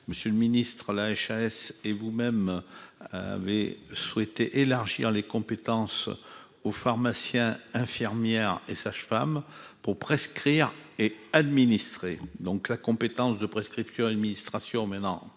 monsieur le Ministre, la HAS et vous-même avez souhaité élargir les compétences aux pharmaciens, infirmières et sages-femmes pour prescrire et administrer donc la compétence de prescription administrations maintenant